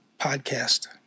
podcast